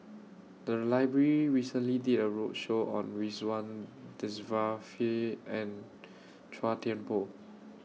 The Library recently did A roadshow on Ridzwan Dzafir and Chua Thian Poh